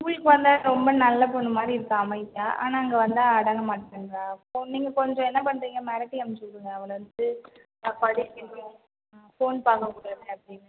ஸ்கூலுக்கு வந்தா ரொம்ப நல்ல பொண்ணு மாதிரி இருக்கா அமைதியாக ஆனால் இங்கே வந்தால் அடங்க மாட்டேன்றா ஸோ நீங்கள் கொஞ்சம் என்ன பண்ணுறிங்க மிரட்டி அனுப்ச்சிவிடுங்க அவளை வந்து நல்லா படிக்கணும் ஃபோன் பார்க்கக் கூடாது அப்படினு